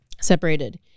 separated